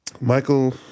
Michael